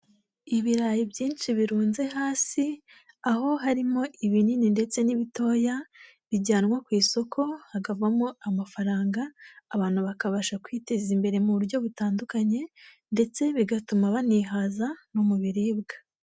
Ibirayi byinshi birunze hasi aho harimo ibinini ndetse n'ibitoya bijyanwa ku isoko, hakavamo amafaranga abantu bakabasha kwiteza imbere mu buryo butandukanye ndetse bigatuma banihaza no mu biribwa.